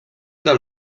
del